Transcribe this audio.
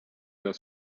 their